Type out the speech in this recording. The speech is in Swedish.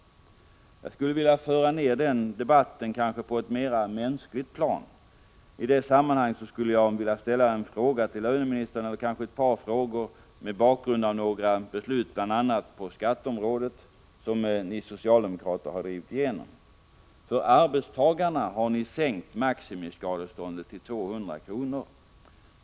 Jag skulle kanske vilja föra ner den debatten på ett mera mänskligt plan. I det sammanhanget skulle jag vilja ställa ett par frågor till löneministern mot bakgrund av några beslut på bl.a. skatteområdet som ni socialdemokrater drivit igenom. För arbetstagarna har ni sänkt maximiskadeståndet till 200 kr.